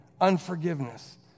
unforgiveness